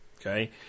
Okay